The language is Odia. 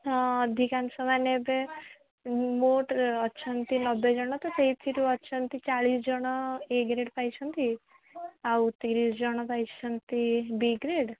ହଁ ଅଧିକାଂଶ ମାନେ ଏବେ ମୋଟ ଅଛନ୍ତି ନବେ ଜଣ ତ ସେଇଥିରୁ ଅଛନ୍ତି ଚାଳିଶ ଜଣ ଏ ଗ୍ରେଡ୍ ପାଇଛନ୍ତି ଆଉ ତିରିଶ ଜଣ ପାଇଛନ୍ତି ବି ଗ୍ରେଡ୍